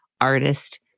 artist